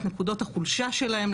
את נקודות החולשה שלהם,